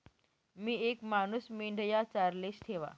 मी येक मानूस मेंढया चाराले ठेवा